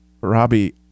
Robbie